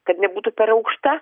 kad nebūtų per aukšta